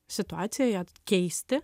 situaciją ją keisti